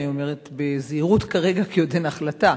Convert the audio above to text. אני אומרת בזהירות כרגע כי עוד אין החלטה,